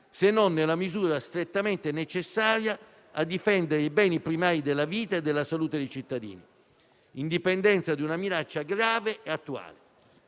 se non nella misura strettamente necessaria a difendere i beni primari della vita e della salute dei cittadini, in dipendenza di una minaccia grave e attuale.